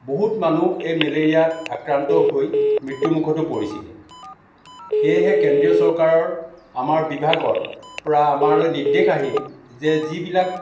বহুত মানুহ এই মেলেৰিয়াত আক্ৰান্ত হৈ মৃত্য়ুমুখতো পৰিছিল সেয়েহে কেন্দ্ৰীয় চৰকাৰৰ আমাৰ বিভাগৰ পৰা আমালৈ নিৰ্দেশ আহিল যে যিবিলাক